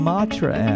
Matra